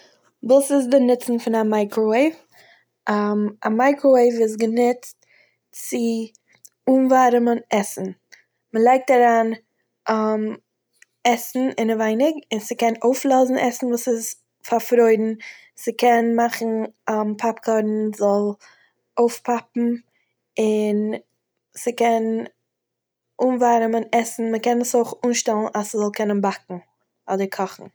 וואס איז די נוצן פון א מייקראוועיוו? א מייקראוועיוו איז גענוצט צו אנווארעמען עסן. מ'לייגט אריין עסן אינעווייניג און ס'קען אויפלאזן עסן וואס איז פארפרוירן, ס'קען מאכן פאפקארן זאל אויפפאפן, און ס'קען אנווארעמען עסן. מ'קען עס אויך אנשטעלן אז ס'זאל קענען באקן אדער קאכן.